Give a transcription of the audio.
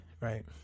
right